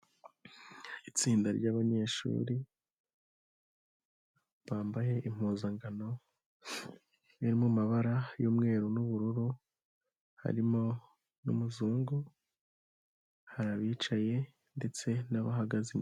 Itsinda ry'abanyeshuri bambaye impuzangano iri mu mabara y'umweru n'ubururu harimo n'umuzungu, hari abicaye ndetse n'abahagaze inyuma.